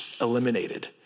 eliminated